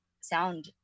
sound